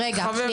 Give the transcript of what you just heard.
הרבה.